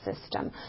system